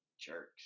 Jerks